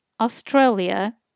Australia